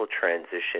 transition